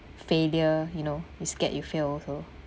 failure you know you scared you fail also